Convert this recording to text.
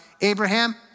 Abraham